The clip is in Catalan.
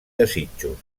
desitjos